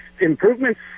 improvements